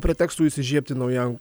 pretekstų įsižiebti naujam